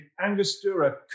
Angostura